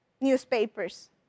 newspapers